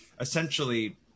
Essentially